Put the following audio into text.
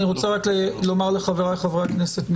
אני רוצה רק לומר לחבריי חברי הכנסת,